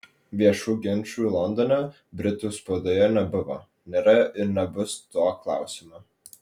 viešų ginčų londone britų spaudoje nebuvo nėra ir nebus tuo klausimu